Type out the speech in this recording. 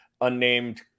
unnamed